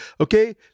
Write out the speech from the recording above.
Okay